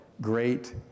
great